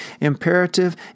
imperative